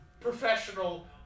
professional